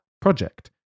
project